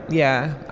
yeah.